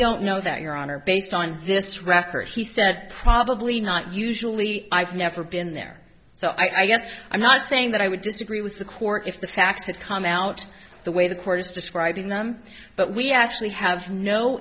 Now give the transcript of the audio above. don't know that your honor based on this record he said probably not usually i've never been there so i guess i'm not saying that i would disagree with the court if the facts had come out the way the court is describing them but we actually